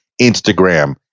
Instagram